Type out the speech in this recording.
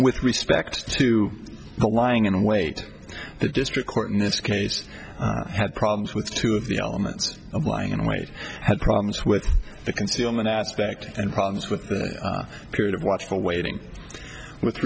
with respect to the lying in wait the district court in this case had problems with two of the elements and lying in wait had problems with the concealment aspect and problems with the period of watchful waiting with